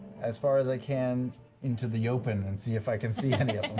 as far as i can into the open and see if i can see any